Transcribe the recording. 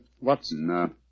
Watson